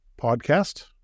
podcast